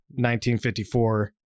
1954